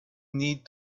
need